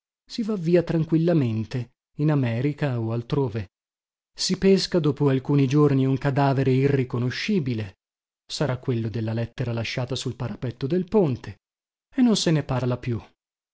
si va via tranquillamente in america o altrove si pesca dopo alcuni giorni un cadavere irriconoscibile sarà quello de la lettera lasciata sul parapetto del ponte e non se ne parla più